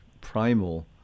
primal